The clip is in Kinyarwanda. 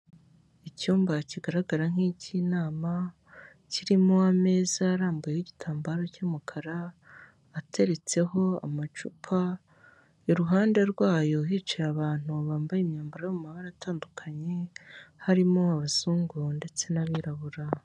Icyumba kigaragara nk'icy'inama kirimo ameza arambuyeho igitambaro cy'umukara, ateretseho amacupa, iruhande rwayo hicaye abantu bambaye imyambaro mu mabara atandukanye, harimo abazungu ndetse n'abirabura.